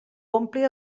ompli